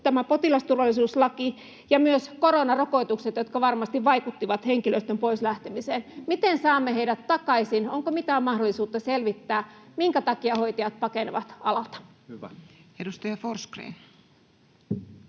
potilasturvallisuuslaki ja myös koronarokotukset, jotka varmasti vaikuttivat henkilöstön pois lähtemiseen. Miten saamme heidät takaisin? Onko mitään mahdollisuutta selvittää, minkä takia hoitajat pakenevat alalta? [Speech